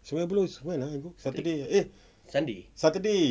sungei buloh is when ah I go saturday eh eh saturday